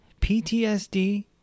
PTSD